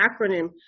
acronym